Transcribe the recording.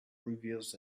reveals